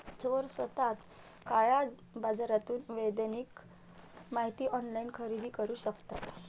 चोर स्वस्तात काळ्या बाजारातून वैयक्तिक माहिती ऑनलाइन खरेदी करू शकतात